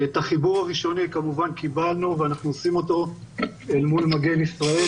את החיבור הראשוני כמובן קיבלנו ואנחנו עושים אותו אל מול מגן ישראל.